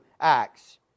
Acts